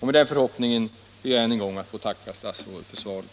Med denna förhoppning ber jag än en gång att få tacka statsrådet för svaret.